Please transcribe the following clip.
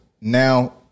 now